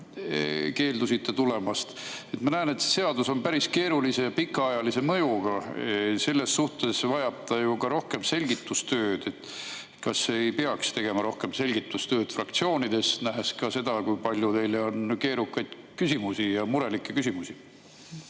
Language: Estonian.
keeldusite tulemast. Ma näen, et see seadus on päris keerulise ja pikaajalise mõjuga, ning selles mõttes vajab ta ju ka rohkem selgitustööd. Kas ei peaks tegema rohkem selgitustööd fraktsioonides? Te ju näete, kui palju teile on keerukaid küsimusi ja murelikke küsimusi.